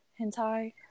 Hentai